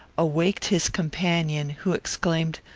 awaked his companion, who exclaimed,